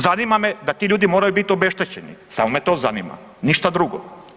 Zanima me da ti ljudi moraju biti obeštećeni, samo me to zanima, ništa drugo.